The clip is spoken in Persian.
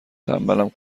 تنبلم